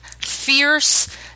fierce